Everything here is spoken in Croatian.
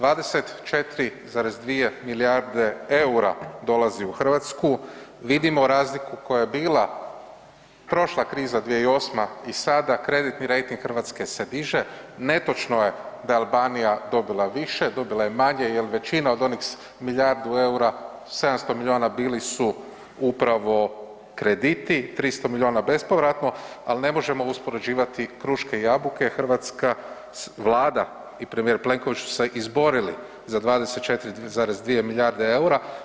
24,2 milijarde eura dolazi u Hrvatsku, vidimo razliku koja je bila prošla kriza 2008. i sada, kreditni rejting Hrvatske se diže, netočno je da je Albanija dobila više, dobila je manje jer većina od onih milijardu eura, 700 milijuna bili su upravo krediti, 300 milijuna bespovratno ali ne možemo uspoređivati kruške i jabuke, hrvatska Vlada i premijer Plenković su se izborili za 24,2 milijarde eura.